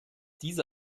diese